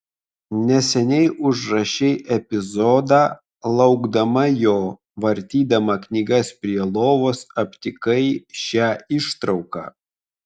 neseniai užrašei epizodą laukdama jo vartydama knygas prie jo lovos aptikai šią ištrauką